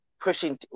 pushing